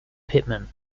pittman